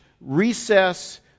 recess